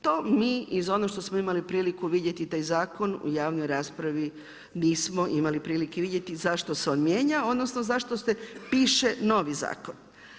To mi iz onog što smo imali priliku vidjeti taj zakon u javnoj raspravi nismo imali prilike vidjeti, zašto se on mijenja, odnosno zašto se piše novi zakon.